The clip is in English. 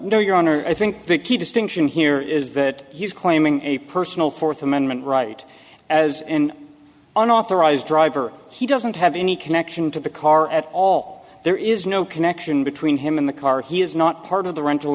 there your honor i think the key distinction here is that he's claiming a personal fourth amendment right as an unauthorized driver he doesn't have any connection to the car at all there is no connection between him and the car he is not part of the rental